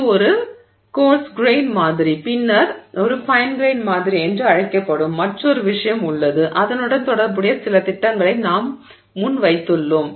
இது ஒரு coarse grain மாதிரி பின்னர் ஒரு ஃபைன் கிரெய்ன் மாதிரி என்று அழைக்கப்படும் மற்றொரு விஷயம் உள்ளது அதனுடன் தொடர்புடைய சில திட்டங்களை நாம் முன் வைத்துள்ளோம்